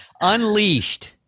Unleashed